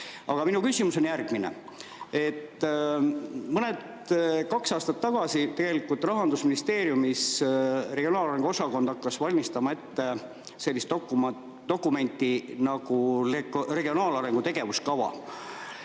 Aga minu küsimus on järgmine. Kaks aastat tagasi hakkas Rahandusministeeriumi regionaalarengu osakond valmistama ette sellist dokumenti nagu regionaalarengu tegevuskava.